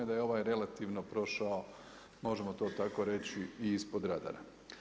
I da je ovaj relativno prošao možemo to tako reći i ispod radara.